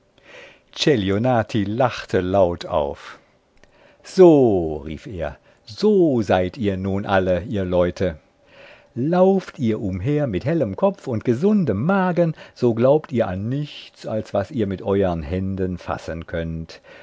lachte laut auf so rief er so seid ihr nun alle ihr leute lauft ihr umher mit hellem kopf und gesundem magen so glaubt ihr an nichts als was ihr mit euern händen fassen könnt